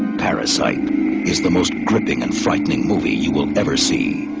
parasite is the most gripping and frightening movie you will ever see.